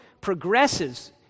progresses